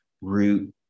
root